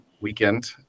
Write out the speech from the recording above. weekend